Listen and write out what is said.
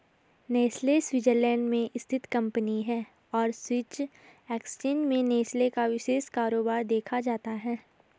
Nestle Switzerland में स्थित company है और स्विस एक्सचेंज में नेस्ले का विशेष कारोबार देखा जाता है